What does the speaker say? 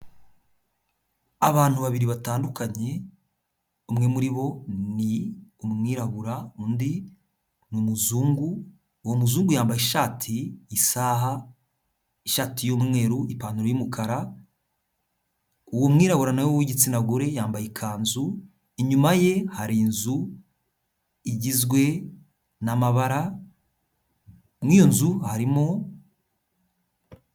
Abantu babiri batandukanye, umwe muri bo ni umwirabura undi ni umuzungu, uwo muzungu yambaye ishati isaha ishati y'umweru ipantaro y'umukara uwo mwirabura na we w'igitsina gore yambaye ikanzu inyuma ye hari inzu igizwe n'amabara mu iyo nzu harimo.